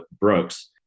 Brooks